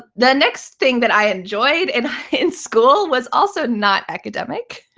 the next thing that i enjoyed and in school was also not academic.